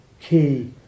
key